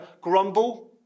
grumble